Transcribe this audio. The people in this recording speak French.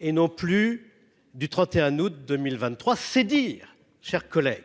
et non plus du 31 août 2023. C'est dire chers collègue